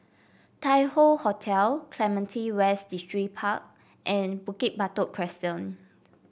Tai Hoe Hotel Clementi West Distripark and Bukit Batok Crescent